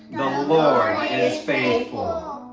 lord is faithful.